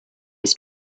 its